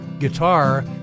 guitar